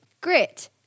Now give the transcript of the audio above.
Grit